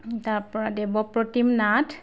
তাৰ পৰা দেৱপ্ৰতিম নাথ